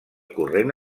corrent